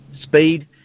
speed